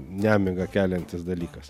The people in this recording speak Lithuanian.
nemigą keliantis dalykas